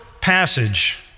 passage